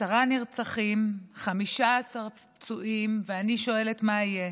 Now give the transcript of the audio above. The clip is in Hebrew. עשרה נרצחים, 15 פצועים, ואני שואלת: מה יהיה?